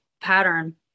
pattern